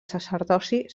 sacerdoci